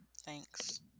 Thanks